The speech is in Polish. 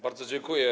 Bardzo dziękuję.